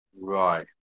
right